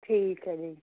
ਠੀਕ ਐ ਜੀ